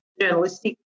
journalistic